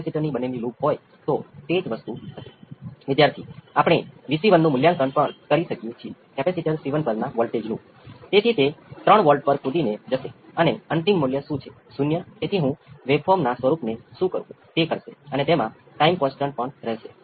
capacitor પર પ્રારંભિક શરતનો આંકડો બરાબર આ સંખ્યા V p બાય વર્ગમૂળ માં 1 ω CR વર્ગ વખત cos 5 tan inverse ω CR છે પછી V 0 એ 0 હશે અને ત્યાં બિલકુલ કોઈ ટ્રાન્જિયન્ત ટ્રાન્જિયન્ત રિસ્પોન્સ હોઈ શકે છે અને તમને તરત જ સર્કિટમાંથી સ્ટડી સ્ટેટ રિસ્પોન્સ મળશે